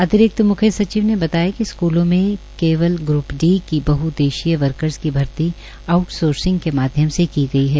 अतिरिक्त मुख्य सचिव ने बताया कि स्कूलों में केवल ग्रप डी की बहउद्देशीय वर्कर्स की भर्ती आउट र्सोससिंग के माध्यम से की गड्र